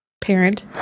Parent